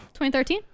2013